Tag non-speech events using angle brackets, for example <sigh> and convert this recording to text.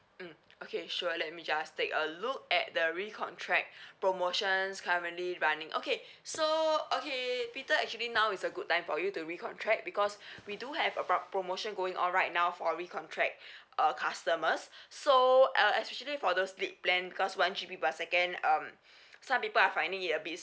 mm okay sure let me just take a look at the recontract <breath> promotions currently running okay so okay peter actually now is a good time for you to recontract because <breath> we do have a prom~ promotion going on right now for recontract <breath> uh customers <breath> so uh especially for those lit plan because one G_B per second um some people are finding it a bit